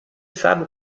sabe